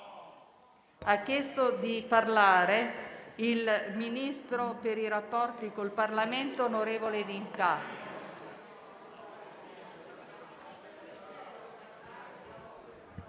Ha chiesto di intervenire il ministro per i rapporti con il Parlamento, onorevole D'Incà.